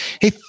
Hey